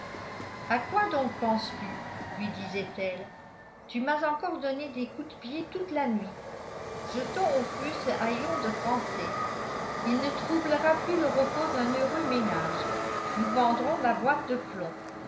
à quoi donc penses-tu lui disait-elle tu m'as encore donné des coups de pied toute la nuit jetons au feu ce haillon de français il ne troublera plus le repos d'un heureux ménage nous vendrons la boîte de plomb